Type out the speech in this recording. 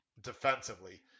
defensively